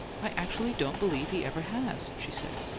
i actually don't believe he ever has, she said.